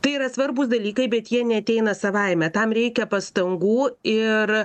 tai yra svarbūs dalykai bet jie neateina savaime tam reikia pastangų ir